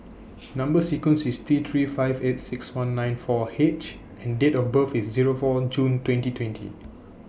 Number sequence IS T three five eight six one nine four H and Date of birth IS Zero four June twenty twenty